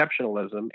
exceptionalism